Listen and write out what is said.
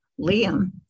Liam